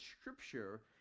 scripture